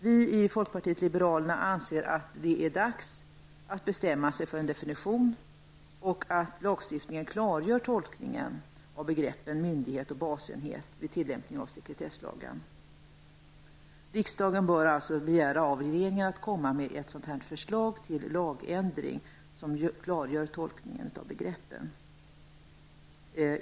Vi i folkpartiet liberalerna anser att det är dags att bestämma sig för en definition och att lagstiftningen klargör tolkningen av begreppen ''myndighet'' och Riksdagen borde alltså av regeringen begära ett förslag till lagändring som klargör tolkningen av begreppen.